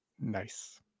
Nice